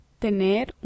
Tener